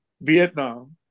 Vietnam